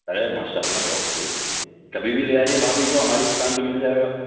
ارے ماشاء اللہ بہت صحیح کبھی بھی لے آئیے بھابھی کو ہماری دکان پہ مل جائے گا